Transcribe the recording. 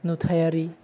नुथायारि